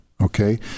okay